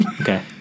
Okay